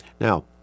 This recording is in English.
Now